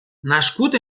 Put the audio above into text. nascut